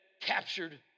captured